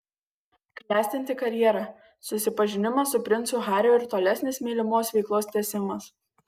klestinti karjera susipažinimas su princu hariu ir tolesnis mylimos veiklos tęsimas